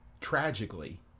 tragically